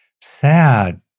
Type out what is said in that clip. sad